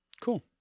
Cool